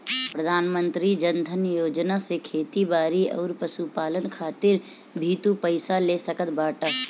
प्रधानमंत्री जन धन योजना से खेती बारी अउरी पशुपालन खातिर भी तू पईसा ले सकत बाटअ